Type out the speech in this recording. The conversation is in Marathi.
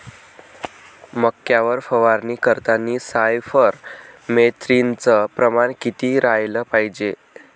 मक्यावर फवारनी करतांनी सायफर मेथ्रीनचं प्रमान किती रायलं पायजे?